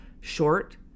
short